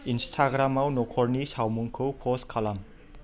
इनस्टाग्रामाव नखरनि सावमुंखौ पस्ट खालाम